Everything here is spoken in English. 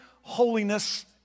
holiness